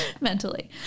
mentally